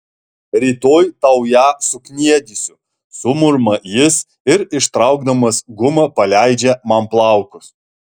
rytoj tau ją sukniedysiu sumurma jis ir ištraukdamas gumą paleidžia man plaukus